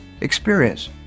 experience